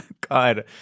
God